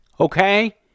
Okay